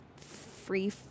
free